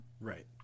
Right